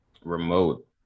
remote